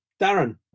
Darren